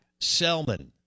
Selman